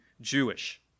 Jewish